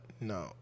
no